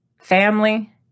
family